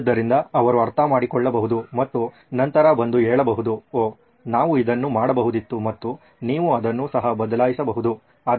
ಆದ್ದರಿಂದ ಅವರು ಅರ್ಥಮಾಡಿಕೊಳ್ಳಬಹುದು ಮತ್ತು ನಂತರ ಬಂದು ಹೇಳಬಹುದು ಓಹ್ ನಾವು ಇದನ್ನು ಮಾಡಬಹುದಿತ್ತು ಮತ್ತು ನೀವು ಅದನ್ನು ಸಹ ಬದಲಾಯಿಸಬಹುದು